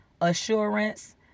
assurance